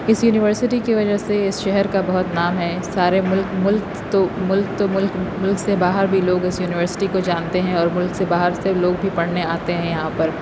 اس university کی وجہ سے اس شہر کا بہت نام ہے سارے ملک ملک تو ملک تو ملک ملک سے باہر بھی لوگ اس یونیورسٹی کو جانتے ہیں اور ملک سے باہر سے لوگ بھی پڑھنے آتے ہیں یہاں پر